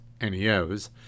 NEOs